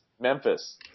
Memphis